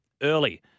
early